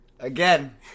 Again